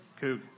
Cool